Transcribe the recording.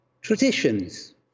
Traditions